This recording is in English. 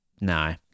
No